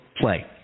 play